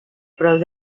prop